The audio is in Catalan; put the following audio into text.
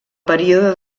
període